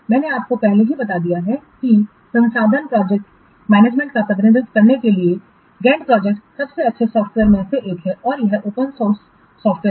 मैंने आपको पहले ही बता दिया है कि संसाधन मैनेजमेंट का प्रतिनिधित्व करने के लिए गैंट प्रोजेक्ट सबसे अच्छे सॉफ्टवेयरों में से एक है और यह ओपन सोर्स सॉफ्टवेयर है